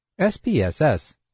SPSS